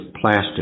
plastic